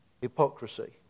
hypocrisy